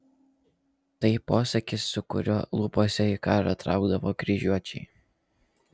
tai posakis su kuriuo lūpose į karą traukdavo kryžiuočiai